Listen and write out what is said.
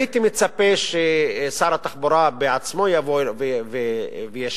הייתי מצפה ששר התחבורה בעצמו יבוא וישיב.